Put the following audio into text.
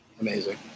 Amazing